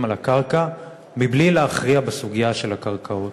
על הקרקע מבלי להכריע בסוגיה של הקרקעות.